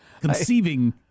conceiving